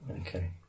Okay